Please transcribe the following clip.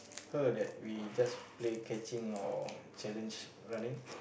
her that we just play catching or challenge running